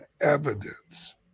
evidence